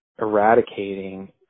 eradicating